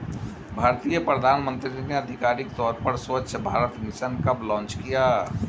भारतीय प्रधानमंत्री ने आधिकारिक तौर पर स्वच्छ भारत मिशन कब लॉन्च किया?